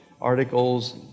articles